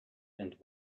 and